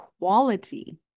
quality